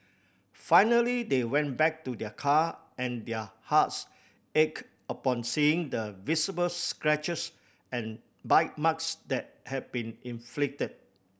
finally they went back to their car and their hearts ach upon seeing the visible scratches and bite marks that had been inflicted